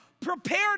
prepared